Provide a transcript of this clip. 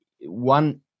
one